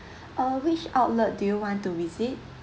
uh which outlet do you want to visit